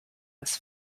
this